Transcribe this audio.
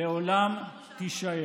לעולם תישאר.